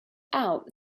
out